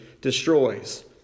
destroys